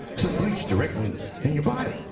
some bleach directly in your body.